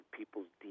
people's